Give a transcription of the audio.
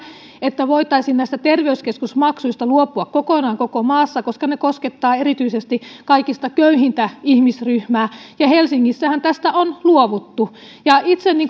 että voitaisiin näistä terveyskeskusmaksuista luopua kokonaan koko maassa koska ne koskettavat erityisesti kaikista köyhintä ihmisryhmää ja helsingissähän tästä on luovuttu itse